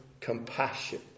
compassion